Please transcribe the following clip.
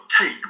take